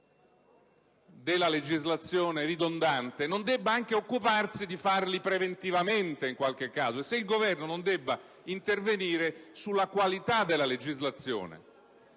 della legislazione ridondante, non debba anche occuparsi di farli in qualche caso preventivamente e se il Governo non debba intervenire sulla qualità della legislazione.